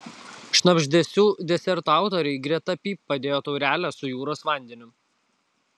šnabždesių deserto autoriai greta pyp padėjo taurelę su jūros vandeniu